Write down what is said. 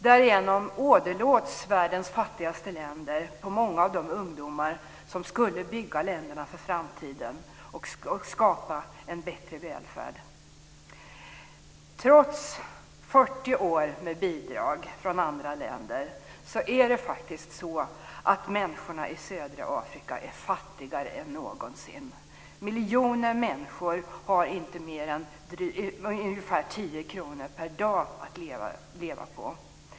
Därigenom åderlåts världens fattigaste länder på många av de ungdomar som skulle bygga länderna för framtiden och skapa en bättre välfärd. Trots 40 år med bidrag från andra länder är människorna i södra Afrika fattigare än någonsin. Miljoner människor har inte mer än 10 kr per dag att leva på.